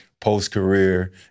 post-career